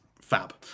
fab